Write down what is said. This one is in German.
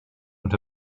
und